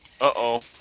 Uh-oh